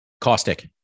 Caustic